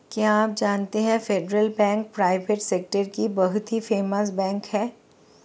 क्या आप जानते है फेडरल बैंक प्राइवेट सेक्टर की बहुत ही फेमस बैंक है?